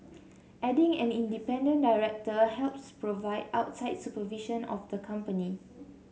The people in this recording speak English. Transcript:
adding an independent director helps provide outside supervision of the company